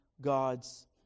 God's